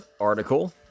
article